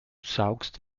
saugst